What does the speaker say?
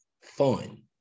fun